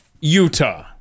Utah